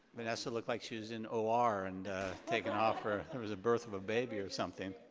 vanessa looked like she was in ah or and taking off for, there was a birth of a baby or something.